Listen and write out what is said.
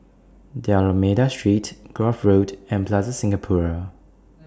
D'almeida Street Grove Road and Plaza Singapura